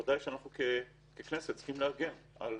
במצב כזה בוודאי שאנחנו ככנסת צריכים להגן על